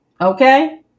okay